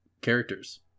characters